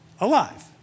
alive